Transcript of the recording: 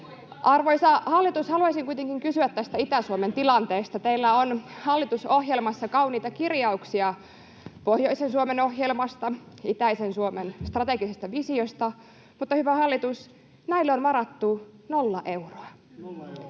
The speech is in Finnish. Arvoisa hallitus, haluaisin kuitenkin kysyä tästä Itä-Suomen tilanteesta. Teillä on hallitusohjelmassa kauniita kirjauksia pohjoisen Suomen ohjelmasta, itäisen Suomen strategisesta visiosta, mutta hyvä hallitus, näille on varattu nolla euroa.